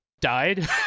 died